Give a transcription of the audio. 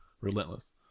Relentless